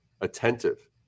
attentive